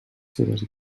seves